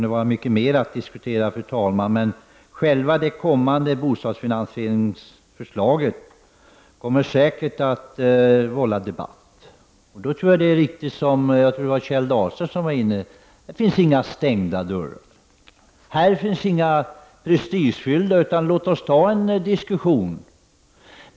Det finns många fler frågor att diskutera, men det bostadsfinansieringsförslag som skall framläggas kommer säkert att vålla debatt. Då är det nog riktigt, som Kjell Dahlström sade, att det inte finns några stängda dörrar. Här finns ingen prestige, utan låt oss föra en diskussion.